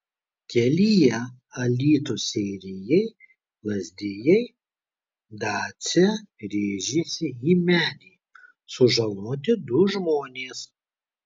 kelyje alytus seirijai lazdijai dacia rėžėsi į medį sužaloti du žmonės